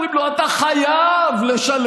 אומרים לו: אתה חייב לשלם,